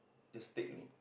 just take only